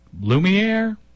Lumiere